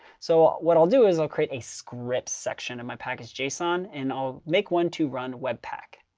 so what i'll do is i'll create a script section of my package json. and i'll make one to run webpack.